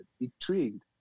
intrigued